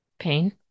pain